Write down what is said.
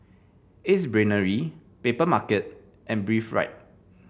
Ace Brainery Papermarket and Breathe Right